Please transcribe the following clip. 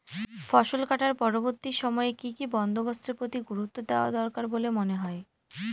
ফসলকাটার পরবর্তী সময়ে কি কি বন্দোবস্তের প্রতি গুরুত্ব দেওয়া দরকার বলে মনে হয়?